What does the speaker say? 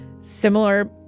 similar